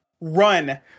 run